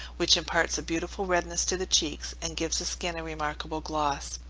which imparts a beautiful redness to the cheeks, and gives the skin a remarkable gloss.